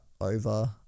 over